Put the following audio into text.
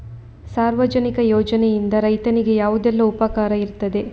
ಸಾರ್ವಜನಿಕ ಯೋಜನೆಯಿಂದ ರೈತನಿಗೆ ಯಾವುದೆಲ್ಲ ಉಪಕಾರ ಇರ್ತದೆ?